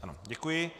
Ano, děkuji.